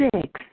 six